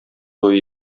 туе